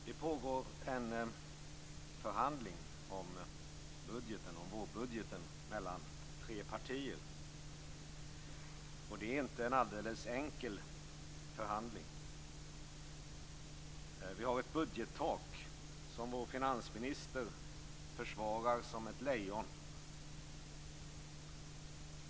Herr talman! Det pågår en förhandling om budgeten, vårbudgeten, mellan tre partier. Det är inte en alldeles enkel förhandling. Vi har ett budgettak som vår finansminister försvarar som ett lejon.